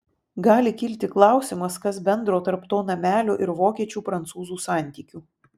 gali kilti klausimas kas bendro tarp to namelio ir vokiečių prancūzų santykių